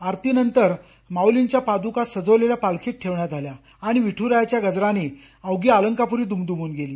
आरतीनंतर माउलींच्या पादुका सजवलेल्या पालखीत ठेवण्यात आल्या आणि विठ्रायाच्या गजराने अवघी अलंकाप्री दुमदुमून गेली